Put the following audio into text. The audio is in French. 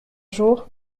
jour